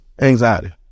anxiety